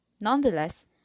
Nonetheless